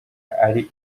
ari